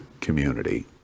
community